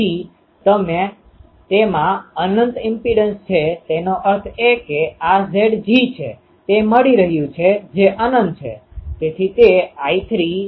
તેથી તેમાં અનંત ઈમ્પીડંસ છે તેનો અર્થ એ કે આ Zg છે તે મળી રહ્યું છે જે અનંત છે